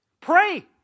Pray